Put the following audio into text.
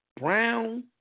Brown